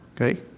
Okay